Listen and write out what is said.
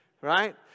Right